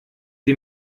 die